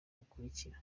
bukurikira